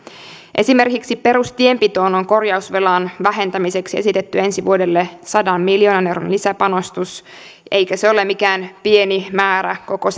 esimerkiksi perustienpitoon on korjausvelan vähentämiseksi esitetty ensi vuodelle sadan miljoonan euron lisäpanostus eikä se ole mikään pieni määrä koko